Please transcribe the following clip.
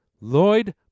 Lloyd